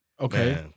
Okay